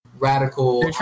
Radical